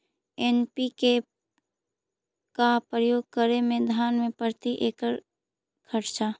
NPK का प्रयोग करे मे धान मे प्रती एकड़ खर्चा?